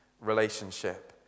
relationship